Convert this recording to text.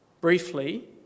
briefly